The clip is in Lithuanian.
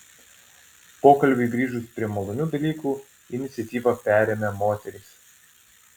pokalbiui grįžus prie malonių dalykų iniciatyvą perėmė moterys